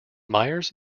myers